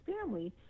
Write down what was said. family